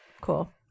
Cool